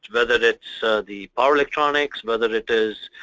whether it's the power electronics, whether it is